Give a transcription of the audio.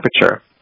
temperature